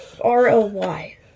R-O-Y